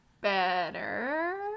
better